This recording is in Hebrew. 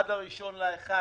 עד 1 בנובמבר.